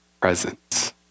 presence